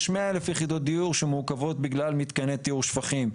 יש 100,000 אלף יחידות דיור שמעוכבות בגלל מתקני טיהור שפכים,